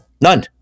None